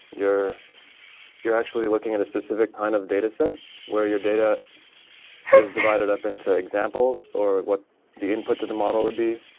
you're actually looking at a specific kind of dataset where your data is divided up into examples or what the input to the model would be,